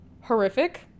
horrific